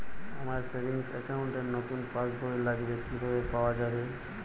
আমার savings account র নতুন পাসবই লাগবে, কিভাবে পাওয়া যাবে?